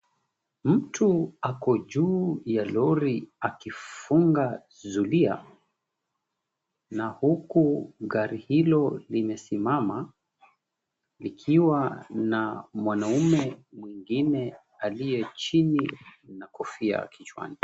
Mtu ako juu ya lori akifunga zulia na huku gari hilo limesimama likiwa na mwanaume mwingine aliye chini na kofia kichwani.